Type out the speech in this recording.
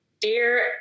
Dear